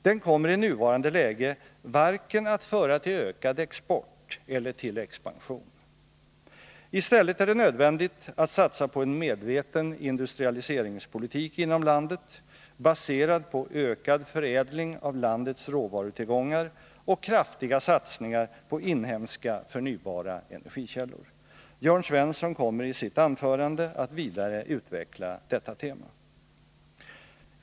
Den kommer i nuvarande läge varken att föra till ökad export eller till expansion. I stället är det nödvändigt att satsa på en medveten industrialiseringspolitik inom landet, baserad på ökad förädling av landets råvarutillgångar och kraftiga satsningar på inhemska förnybara energikällor. Jörn Svensson kommer i sitt anförande att vidare utveckla detta tema.